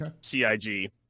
CIG